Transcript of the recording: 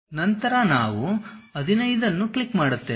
ನಂತರ ನಾವು 15 ಅನ್ನು ಕ್ಲಿಕ್ ಮಾಡುತ್ತೇವೆ